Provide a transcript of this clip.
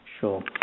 Sure